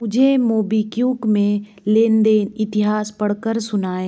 मुझे मोबीक्विक में लेन देन इतिहास पढ़ कर सुनाएँ